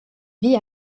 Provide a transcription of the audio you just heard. vit